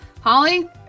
Holly